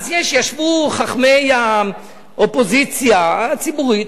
ישבו חכמי האופוזיציה הציבורית,